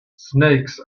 snakes